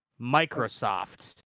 Microsoft